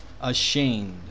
ashamed